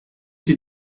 die